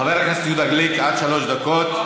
חבר הכנסת יהודה גליק, עד שלוש דקות.